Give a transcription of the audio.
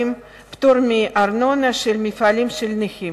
פטור מארנונה למפעלים של נכים,